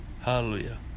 Hallelujah